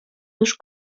już